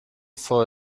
for